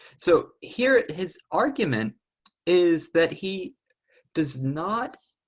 so here, his argument is that he does not